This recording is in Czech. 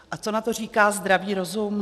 A co na to říká zdravý rozum?